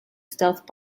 stealth